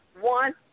One